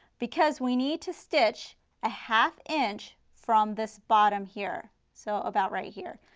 because we need to stitch a half inch from this bottom here, so about right here.